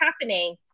happening